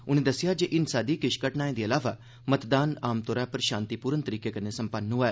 उनें दस्सेआ जे हिंसा दी किश घटनाएं दे अलावा मतदान आमतौरा उप्पर शांतिपूर्ण तरीके कन्नै संपन्न होआ ऐ